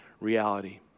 reality